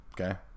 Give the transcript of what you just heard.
Okay